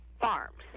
farms